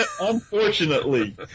unfortunately